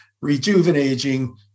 rejuvenating